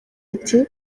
ati